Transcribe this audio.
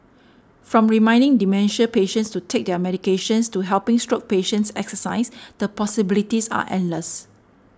from reminding dementia patients to take their medications to helping stroke patients exercise the possibilities are endless